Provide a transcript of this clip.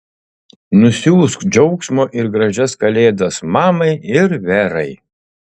nusiųsk džiaugsmo ir gražias kalėdas mamai ir verai